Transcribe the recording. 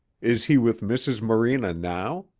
is he with mrs. morena now?